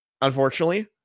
unfortunately